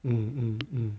嗯嗯嗯